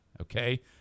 okay